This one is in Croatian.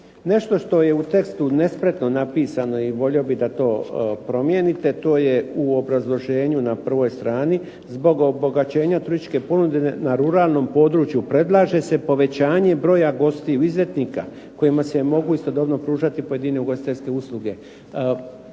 Nešto što je u tekstu nespretno napisano i volio bih da to promijenite. To je u obrazloženju na 1. strani. Zbog obogaćenja turističke ponude na ruralnom području, predlaže se povećanje broja gostiju, izletnika kojima se mogu istodobno pružati pojedine ugostiteljske usluge.